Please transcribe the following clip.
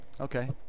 Okay